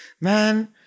Man